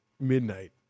midnight